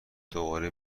دوباره